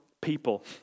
people